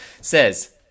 says